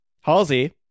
Halsey